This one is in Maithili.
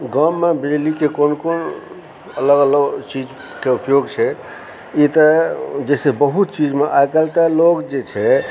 गाममे बिजलीके कोन कोन अलग अलग चीजके उपयोग छै ई तऽ जैसे बहुत चीजमे आइकाल्हि तऽ लोग जे छै